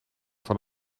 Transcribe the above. van